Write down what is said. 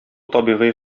табигый